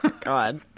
god